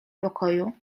pokoju